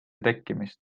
tekkimist